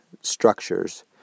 structures